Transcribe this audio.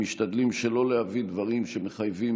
אנחנו משתדלים שלא להביא דברים שמחייבים